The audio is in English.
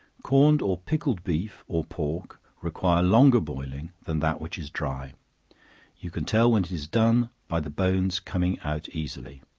corned or pickled beef, or pork, require longer boiling than that which is dry you can tell when it is done by the bones coming out easily.